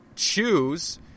choose